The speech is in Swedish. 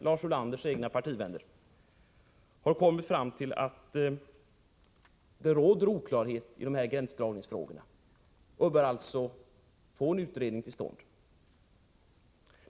Lars Ulanders egna partivänner, har kommit fram till att det råder oklarhet i dessa gränsdragningsfrågor, och att det därför bör komma en utredning till stånd.